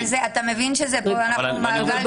אבל אתה מבין שזה מעגל שלם.